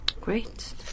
Great